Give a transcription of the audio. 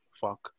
Fuck